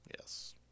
yes